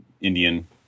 Indian